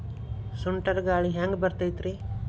ಸುಂಟರ್ ಗಾಳಿ ಹ್ಯಾಂಗ್ ಬರ್ತೈತ್ರಿ?